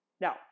Now